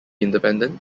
independent